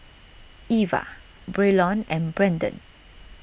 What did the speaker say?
Eva Braylon and Branden